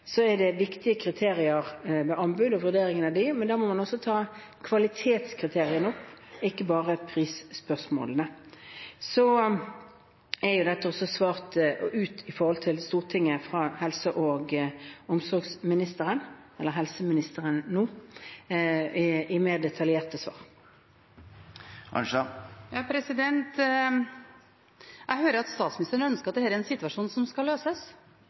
viktige kriterier ved vurderingen av anbud. Man må også ta kvalitetskriteriene opp og ikke bare prisspørsmålet. Så er dette også svart ut overfor Stortinget fra helse- og omsorgsministeren, eller helseministeren nå, i mer detaljerte svar. Jeg hører at statsministeren ønsker at dette er en situasjon som skal løses,